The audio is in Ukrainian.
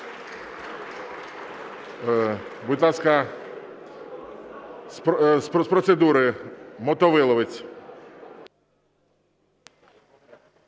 Будь ласка, з процедури Мотовиловець.